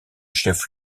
chef